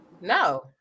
no